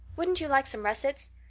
wouldn't you like some russets?